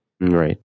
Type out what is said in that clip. right